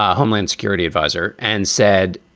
ah homeland security adviser, and said,